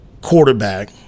quarterback